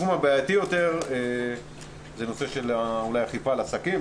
התחום הבעייתי יותר הוא אכיפה על עסקים,